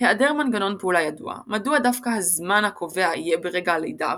העדר מנגנון פעולה ידוע - מדוע דווקא הזמן הקובע יהיה ברגע הלידה,